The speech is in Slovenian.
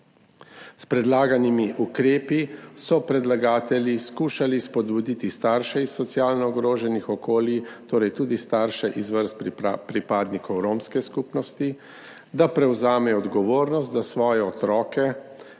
S predlaganimi ukrepi so predlagatelji skušali spodbuditi starše iz socialno ogroženih okolij, torej tudi starše iz vrst pripadnikov romske skupnosti, da prevzamejo odgovornost za svoje otroke